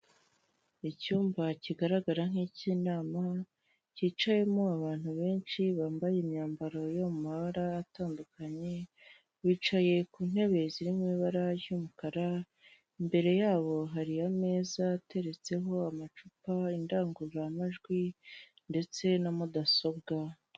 Icyumba kigaragara nk'icy'inama cyicayemo abantu benshi bambaye imyambaro yo mu mabara atandukanye, bicaye ku ntebe ziri mu ibara ry'umukara, imbere yabo hariyo ameza ateretseho amacupa, indangururamajwi ndetse na mudasobwa.